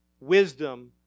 wisdom